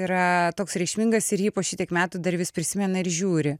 yra toks reikšmingas ir jį po šitiek metų dar vis prisimena ir žiūri